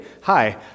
hi